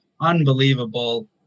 unbelievable